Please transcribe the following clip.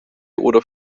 oder